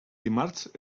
dimarts